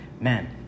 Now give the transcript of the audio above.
Man